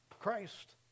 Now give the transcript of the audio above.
Christ